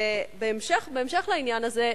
בהמשך לעניין הזה,